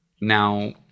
now